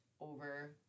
over